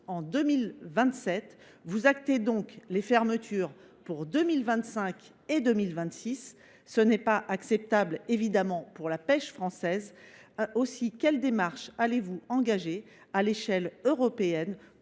en 2027. Vous actez donc les fermetures pour 2025 et 2026, ce qui n’est pas acceptable pour la pêche française. Quelles démarches allez vous engager à l’échelle européenne